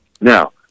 Now